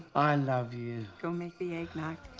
i love you. go make the egg nog.